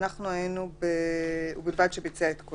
(2)החוזר הראה לנציג המוסמך כי קיים את חובת